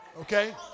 Okay